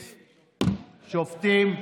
שופטים,